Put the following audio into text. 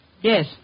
Yes